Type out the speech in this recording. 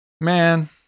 man